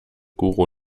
guru